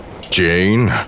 Jane